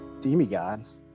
demigods